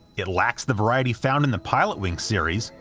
it lacks the variety found in the pilotwings series,